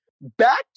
back